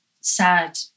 sad